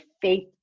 faith